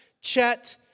Chet